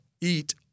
eat